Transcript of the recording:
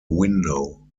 window